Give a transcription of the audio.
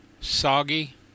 Soggy